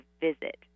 visit